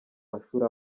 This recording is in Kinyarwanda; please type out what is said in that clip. mashuri